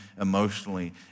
emotionally